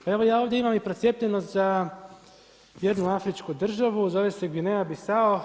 Pa ja ovdje imam i procijepljenost za jednu afričku državu, zove se Gvineja Bisao.